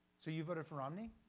so you voted for romney?